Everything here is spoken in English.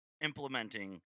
implementing